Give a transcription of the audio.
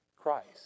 Christ